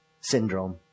syndrome